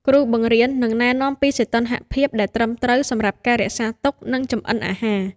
គ្រូបង្រៀននឹងណែនាំពីសីតុណ្ហភាពដែលត្រឹមត្រូវសម្រាប់ការរក្សាទុក និងចម្អិនអាហារ។